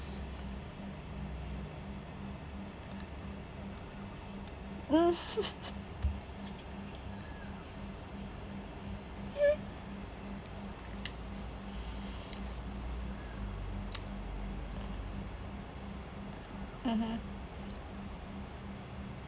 mm mmhmm